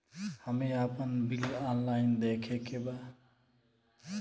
हमे आपन bill online देखे के बा?